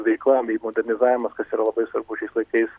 veikla bei modernizavimas kas yra labai svarbu šiais laikais